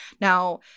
Now